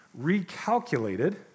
recalculated